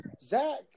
Zach